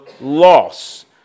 loss